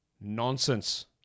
Nonsense